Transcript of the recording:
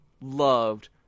loved